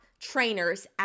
trainers